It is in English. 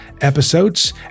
episodes